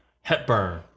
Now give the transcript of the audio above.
Hepburn